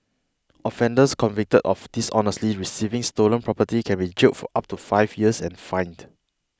offenders convicted of dishonestly receiving stolen property can be jailed for up to five years and fined